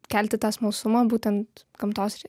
kelti tą smalsumą būtent gamtos